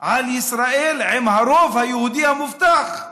על ישראל עם הרוב היהודי המובטח,